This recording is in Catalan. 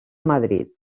madrid